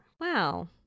Wow